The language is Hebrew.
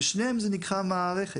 ושניהם זה נקרא מערכת.